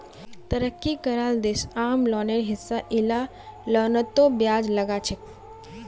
तरक्की कराल देश आम लोनेर हिसा इला लोनतों ब्याज लगाछेक